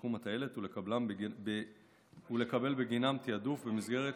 לשיקום הטיילת ולקבל בגינם תיעדוף במסגרת